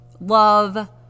love